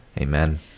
Amen